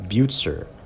Butzer